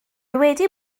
wedi